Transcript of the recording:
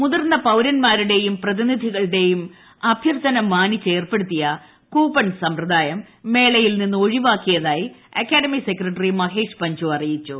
മുതിർന്ന പൌരൻമാരുടെയും പ്രതിനിധികളുടെയും അഭൃർത്ഥനമാനിച്ച് ഏർപ്പെടുത്തിയ കൂപ്പൺ സമ്പ്രദായം മേളയിൽ നിന്ന് ഒഴിവാക്കിയ തായി അക്കാഡമി സെക്രട്ടറി മഹേഷ് പഞ്ചു അറിയിച്ചു